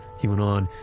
he went on,